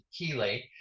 chelate